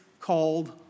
called